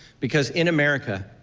because in america,